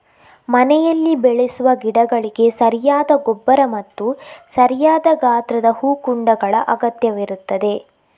ಮನೆಯಲ್ಲಿ ಬೆಳೆಸುವ ಗಿಡಗಳಿಗೆ ಸರಿಯಾದ ಗೊಬ್ಬರ ಮತ್ತು ಸರಿಯಾದ ಗಾತ್ರದ ಹೂಕುಂಡಗಳ ಅಗತ್ಯವಿರುತ್ತದೆ